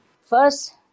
First